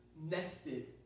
nested